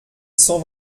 cent